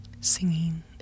singing